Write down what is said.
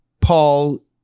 Paul